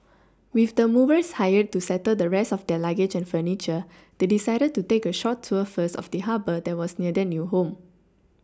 with the movers hired to settle the rest of their luggage and furniture they decided to take a short tour first of the Harbour that was near their new home